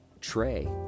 tray